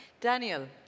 Daniel